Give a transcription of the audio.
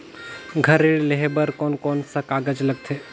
घर ऋण लेहे बार कोन कोन सा कागज लगथे?